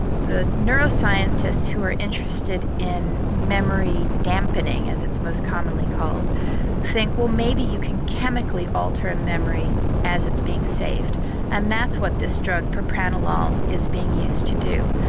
the neuroscientists who are interested in memory dampening as it's most commonly called think well maybe you can chemically alter memory as it's being saved and that's what this drug propranolol is being used to do.